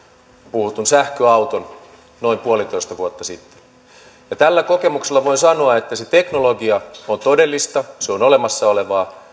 puhutun sähköauton noin puolitoista vuotta sitten ja tällä kokemuksella voin sanoa että se teknologia on todellista se on olemassa olevaa